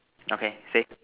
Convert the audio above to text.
okay say